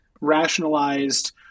rationalized